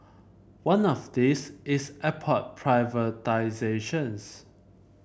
one of these is airport privatisations